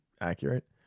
accurate